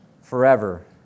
forever